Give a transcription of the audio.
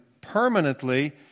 permanently